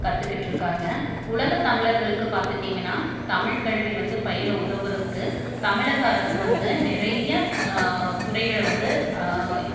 கற்றுக்கிட்டு இருக்காங்க உலக தமிழர்களுக்கு பார்த்துட்டிங்கன்னா தமிழ் கல்வி வந்து பயில உதவதற்கு தமிழக அரசு வந்து நிறையா துறைகளை வந்து